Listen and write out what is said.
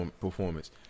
performance